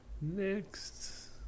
Next